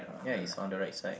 ya it's on the right side